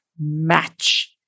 match